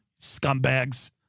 Scumbags